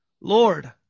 Lord